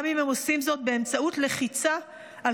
גם אם הם עושים זאת באמצעות לחיצה על